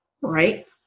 Right